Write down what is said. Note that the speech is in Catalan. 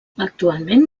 actualment